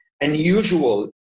unusual